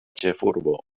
ĉefurbo